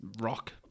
rock